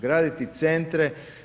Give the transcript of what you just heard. Graditi centre.